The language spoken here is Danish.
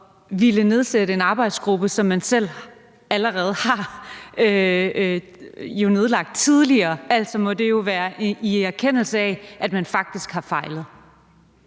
ville nedsætte en arbejdsgruppe, som man selv har nedlagt tidligere. Altså, det må jo være i en erkendelse af, at man faktisk har fejlet.